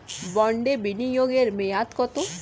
বন্ডে বিনিয়োগ এর মেয়াদ কত?